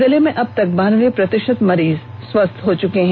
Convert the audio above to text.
जिले में अबतक बानवे प्रतिषत मरीज स्वस्थ हो चुके हैं